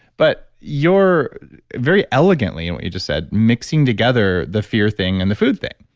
but your very elegantly in what you just said mixing together the fear thing and the food thing.